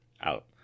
out